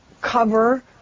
cover